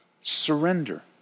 Surrender